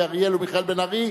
אורי אריאל ומיכאל בן-ארי,